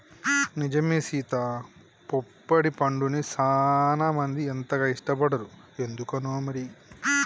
నిజమే సీత పొప్పడి పండుని సానా మంది అంతగా ఇష్టపడరు ఎందుకనో మరి